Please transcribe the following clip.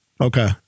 Okay